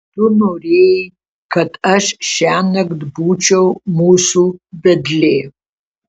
tu norėjai kad aš šiąnakt būčiau mūsų vedlė